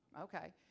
Okay